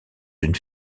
une